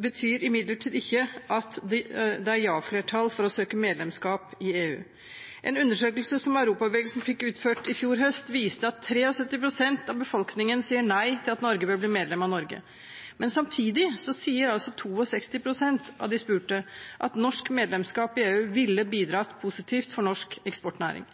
betyr imidlertid ikke at det er ja-flertall for å søke medlemskap i EU. En undersøkelse som Europabevegelsen fikk utført i fjor høst, viste at 73 pst. av befolkningen sier nei til at Norge bør bli medlem av EU. Samtidig sier 62 pst. av de spurte at norsk medlemskap i EU ville bidratt positivt for norsk eksportnæring.